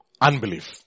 Unbelief